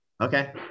Okay